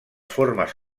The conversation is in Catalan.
formes